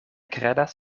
kredas